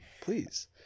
Please